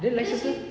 dia naik scooter